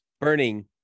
burning